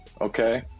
Okay